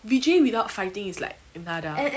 vijay without fighting is like nara